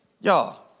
Y'all